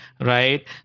right